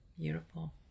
Beautiful